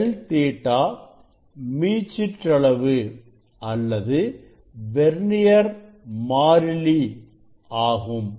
ẟƟ மீச்சிற்றளவு அல்லது வெர்னியர் மாறிலி ஆகும்